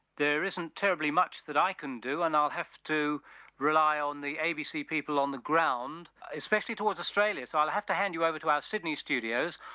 there isn't terribly much that i can do and i'll have to reply on the abc people on the ground, especially towards australia, so i'll have to hand you over to our sydney studios,